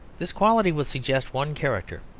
this quality would suggest one character,